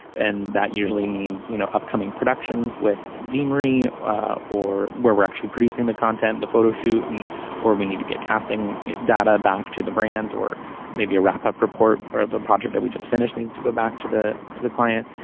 and that usually means you know upcoming productions with demetri or where we're actually producing the content the photo shoot and or we need to get casting data back to the brand or maybe a wrap up report or a project that we just finished needs to go back to the to the client.